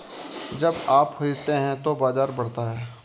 जब आप खरीदते हैं तो बाजार बढ़ता है